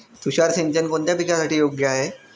तुषार सिंचन कोणत्या पिकासाठी योग्य आहे?